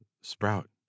Sprout